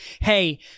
Hey